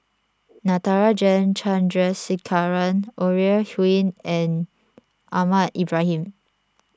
Natarajan Chandrasekaran Ore Huiying and Ahmad Ibrahim